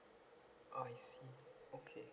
oh I see okay